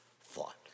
thought